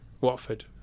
Watford